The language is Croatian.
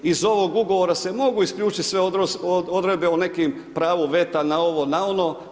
Iz ovog ugovora se mogu isključiti sve odredbe o nekom pravu veta na ovo, na ono.